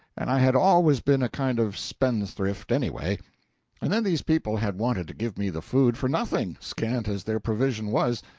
and i had always been a kind of spendthrift anyway and then these people had wanted to give me the food for nothing, scant as their provision was,